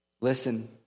listen